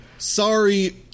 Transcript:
sorry